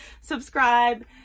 subscribe